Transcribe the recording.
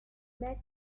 met